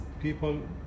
people